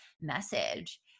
message